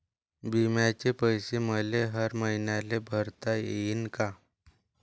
बिम्याचे पैसे मले हर मईन्याले भरता येईन का?